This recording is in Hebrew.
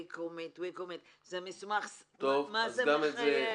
זה מסמך מאוד מחייב.